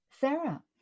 Sarah